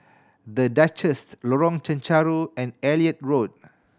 The Duchess Lorong Chencharu and Elliot Road